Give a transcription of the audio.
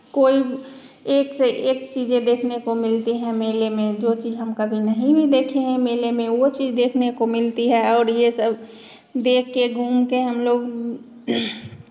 कोई एक से एक चीज़ें देखने को मिलती है मेले में जो चीज़ हम कभी नहीं भी देखे हैं मेले में वो चीज़ देखने को मिलती है और ये सब देख के घूम के हमलोग